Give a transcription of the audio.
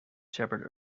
shepherd